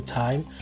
time